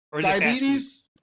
Diabetes